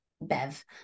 Bev